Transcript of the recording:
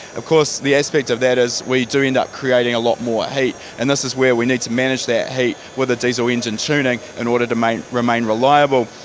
of course the aspect of that is we do end up creating a lot more heat and this is where we need to manage that heat with the diesel engine tuning in order to remain reliable.